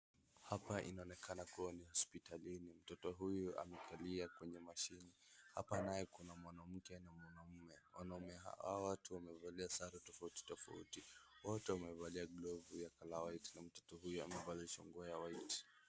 Hapa inaonekana kuwa ni hospitalini. Mtoto huyu amekalia kwenye mashini. Hapa naye kuna mwanamke na mwanaume. Wanaume, hawa watu wamevalia sare tofauti wote wamevalia glovu ya colour white na mtoto huyu amevalishwa nguo ya white .